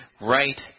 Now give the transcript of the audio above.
right